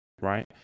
right